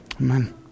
Amen